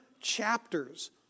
chapters